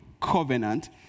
covenant